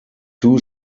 two